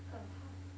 更 tough